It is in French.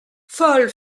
folle